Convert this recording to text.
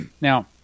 Now